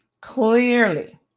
clearly